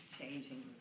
changing